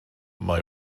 mae